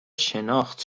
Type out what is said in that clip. شناخت